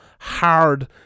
hard